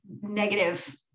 negative